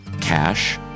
cash